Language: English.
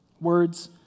Words